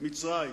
מצרים.